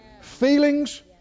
Feelings